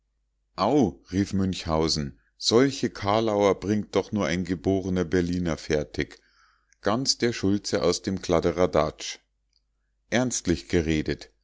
rief münchhausen solche kalauer bringt doch nur ein geborener berliner fertig ganz der schultze aus dem kladderadatsch ernstlich geredet